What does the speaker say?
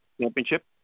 Championship